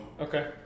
Okay